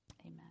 amen